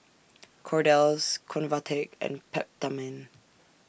Kordel's Convatec and Peptamen